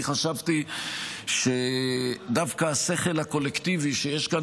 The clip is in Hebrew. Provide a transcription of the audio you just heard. אני חשבתי שדווקא השכל הקולקטיבי שיש כאן